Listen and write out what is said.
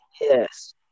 Yes